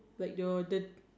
like your